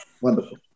Wonderful